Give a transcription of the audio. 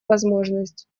возможность